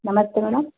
ನಮಸ್ತೆ ಮೇಡಮ್